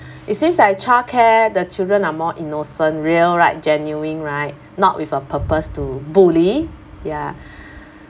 it seems like childcare the children are more innocent real right genuine right not with a purpose to bully ya